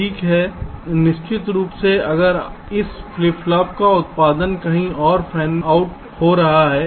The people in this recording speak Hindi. ठीक है निश्चित रूप से अगर इस फ्लिप फ्लॉप का उत्पादन कहीं और फैनन आउट हो रहा है